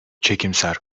çekimser